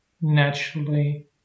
naturally